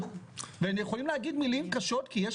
והם יכולים להגיד מילים קשות כי יש